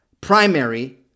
primary